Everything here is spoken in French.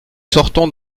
sortons